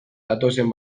datozen